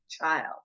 child